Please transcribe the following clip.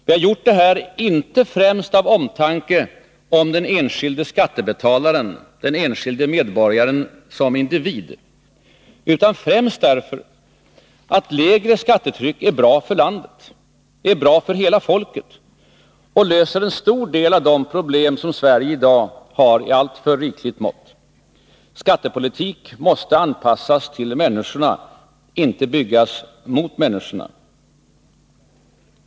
Vi har drivit detta inte främst av omtanke om den enskilde skattebetalaren, den enskilde medborgaren som individ, utan främst därför att lägre skattetryck är bra för landet. Det är bra för hela folket och löser en stor del av de problem som Sverige i dag har i alltför rikligt mått. Skattepolitik måste anpassas till människorna, inte byggas mot människorna.